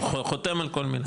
חותם על כל מילה.